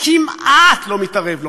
כמעט לא מתערב לו,